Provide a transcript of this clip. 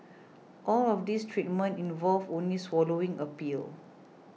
all of these treatments involve only swallowing a pill